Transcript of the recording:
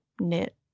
knit